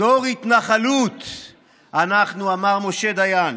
"דור התנחלות אנו", אמר משה דיין.